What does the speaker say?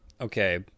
okay